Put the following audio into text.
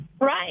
Right